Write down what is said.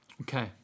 Okay